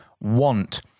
want